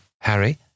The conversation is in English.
Harry